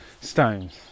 Stones